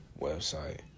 website